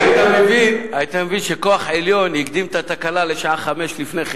היית מבין שכוח עליון הקדים את התקלה לשעה 17:00 לפני כן.